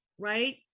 Right